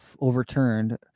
overturned